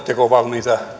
rouva